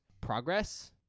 progress